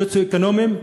סוציו-אקונומיים,